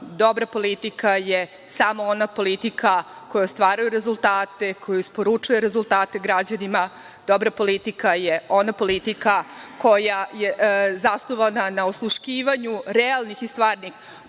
dobra politika je samo ona politika koja ostvaruje rezultate, koja isporučuje rezultate građanima. Dobra politika je ona politika koja je zasnovana na osluškivanju realnih i stvarnih potreba